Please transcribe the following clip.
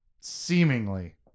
Seemingly